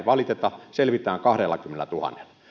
valiteta selvitään kahdellakymmenellätuhannella